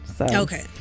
Okay